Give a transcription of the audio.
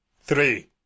three